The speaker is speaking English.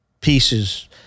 pieces